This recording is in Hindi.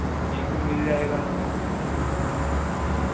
बिल्कुल मिल जाएगा हाँ